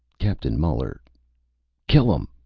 captain muller kill em!